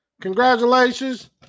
congratulations